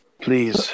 Please